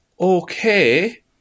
Okay